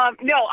no